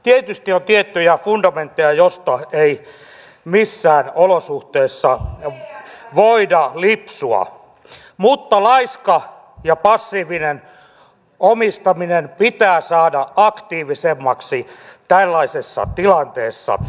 tietysti on tiettyjä fundamentteja joista ei missään olosuhteissa voida lipsua mutta laiska ja passiivinen omistaminen pitää saada aktiivisemmaksi tällaisessa tilanteessa